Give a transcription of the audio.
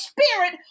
spirit